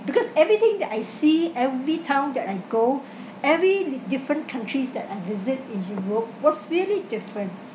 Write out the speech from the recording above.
because everything that I see every town that I go every d~ different countries that I've visit in europe was really different